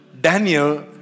Daniel